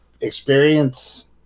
experience